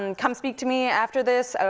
and come speak to me after this.